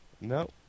No